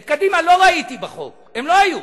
את קדימה לא ראיתי בחוק, הם לא היו,